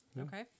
Okay